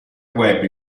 web